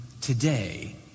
Today